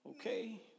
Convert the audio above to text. okay